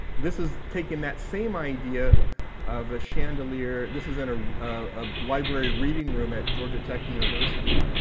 this is taking that same idea of a chandelier this is in ah a library reading room at georgia tech university.